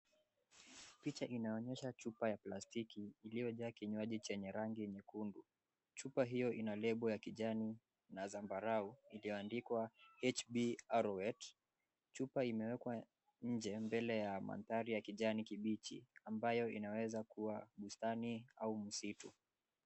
Picha inaonyesha chupa ya plastiki iliojaa kinywaji chenye rangi nyekundu. Chupa hio ina lebo ya kijani na zambarao ilioandikwa HB ARWORET. Chupa imewekwa inje mbele ya mandhari ya kijani kibichi ambayo inaweza kuwa bustani au msitu.